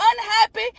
unhappy